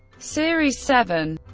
series seven